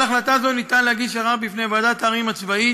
על החלטה זו ניתן להגיש ערר בפני ועדת העררים הצבאית,